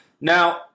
Now